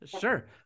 Sure